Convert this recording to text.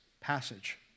passage